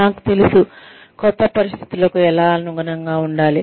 నాకు తెలుసు కొత్త పరిస్థితులకు ఎలా అనుగుణంగా ఉండాలి